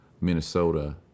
Minnesota